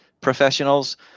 professionals